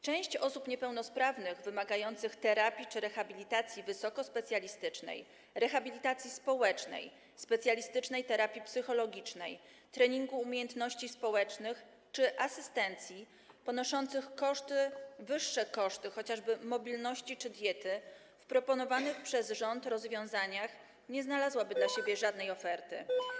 Część osób niepełnosprawnych wymagających terapii czy rehabilitacji wysokospecjalistycznej, rehabilitacji społecznej, specjalistycznej terapii psychologicznej, treningu umiejętności społecznych czy asystencji, osób ponoszących wyższe koszty chociażby mobilności czy diety w proponowanych przez rząd rozwiązaniach nie znalazłaby dla siebie żadnej oferty.